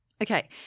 Okay